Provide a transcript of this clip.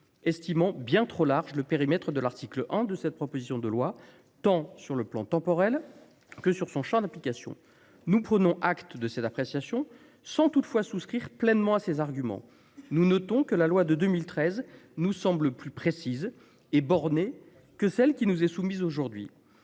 estimiez notamment que le périmètre de l’article 1 de cette proposition de loi était bien trop large, tant sur le plan temporel que dans son champ d’application. Nous prenons acte de cette appréciation, sans toutefois souscrire pleinement à ces arguments. Nous notons que la loi de 2013 nous semble plus précise et bornée que celle qui nous est soumise aujourd’hui.